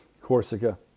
Corsica